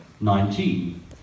Nineteen